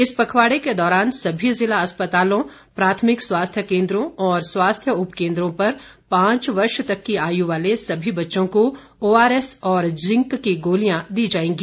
इस पखवाड़े के दौरान सभी जिला अस्पतालों प्राथमिक स्वास्थ्य केन्द्रों और स्वास्थ्य उपकेन्द्रों पर पांच वर्ष तक की आयु वाले सभी बच्चों को ओआरएस और जिंक की गोलियां दी जाएगी